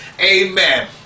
amen